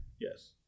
Yes